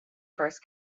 first